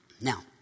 Now